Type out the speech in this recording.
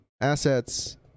assets